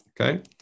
Okay